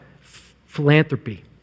philanthropy